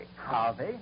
Harvey